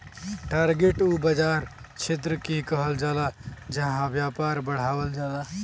target उ बाज़ार क्षेत्र के कहल जाला जहां व्यापार बढ़ावल जाला